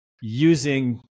using